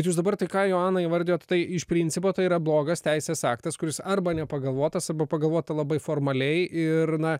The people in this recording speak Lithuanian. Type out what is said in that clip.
jūs dabar tai ką joana įvardijot tai iš principo tai yra blogas teisės aktas kuris arba nepagalvotas pagalvota labai formaliai ir na